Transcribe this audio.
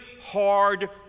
hard